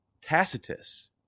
Tacitus